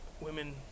Women